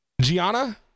Gianna